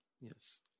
Yes